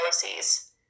policies